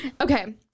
Okay